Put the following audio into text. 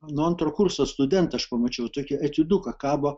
nuo antro kurso studentą aš pamačiau tokį etiuduką kabo